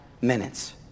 minutes